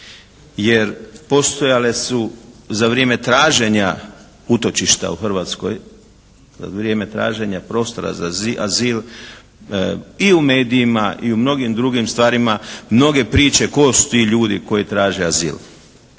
jer postojale su za vrijeme traženja utočišta u Hrvatskoj, za vrijeme traženja prostora za azil i u medijima i u mnogim drugim stvarima mnoge priče tko su ti ljudi koji traže azil?